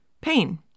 pain